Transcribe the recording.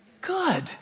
Good